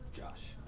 josh.